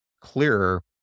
clearer